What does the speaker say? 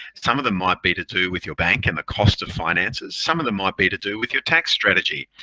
some of them might be to do with your bank and the cost of finances. some of them might be to do with your tax strategy.